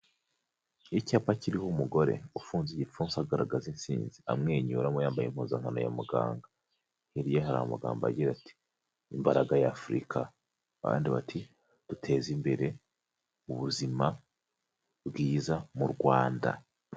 Icyapa kiriho umugore ufunze igipfunsi agaragaza intsinzi amwenyuramo yambaye impuzankano ya muganga, hirya ye hari amagambo agira ati ''imbaraga y'Afurika abandi bati duteze imbere ubuzima bwiza mu Rwanda.''